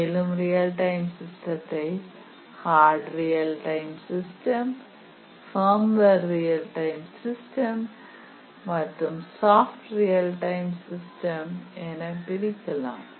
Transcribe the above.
மேலும் real time சிஸ்டத்தை hard real time firmware real time system மற்றும் சாப்ட் ரியல் டைம் சிஸ்டம் என பிரிக்கலாம்